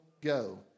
go